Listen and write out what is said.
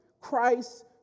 Christ